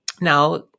now